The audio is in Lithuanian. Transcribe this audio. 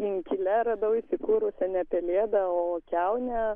inkile radau įsikūrusią ne pelėdą o kiaunę